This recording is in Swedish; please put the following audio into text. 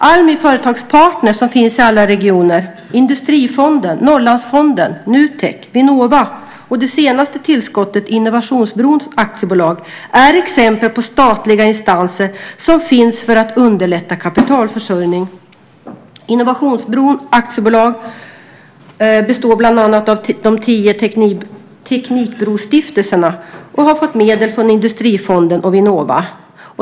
Almi Företagspartner, som finns i alla regioner, Industrifonden, Norrlandsfonden, Nutek, Vinnova och det senaste tillskottet Innovationsbron AB är exempel på statliga instanser som finns för att underlätta kapitalförsörjning. Innovationsbron AB består bland annat av de sju teknikbrostiftelserna och har fått medel från Industrifonden och Vinnova.